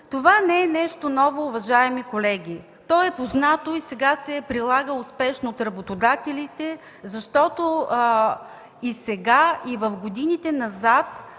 Това не е нещо ново, уважаеми колеги. То е познато и сега се прилага успешно от работодателите, защото и сега, и в годините назад